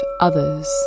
others